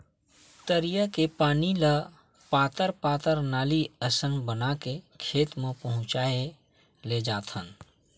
तरिया के पानी ल पातर पातर नाली असन बना के खेत म पहुचाए लेजाथन